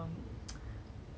还有一个